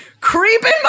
creeping